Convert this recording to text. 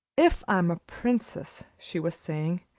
if i'm a princess, she was saying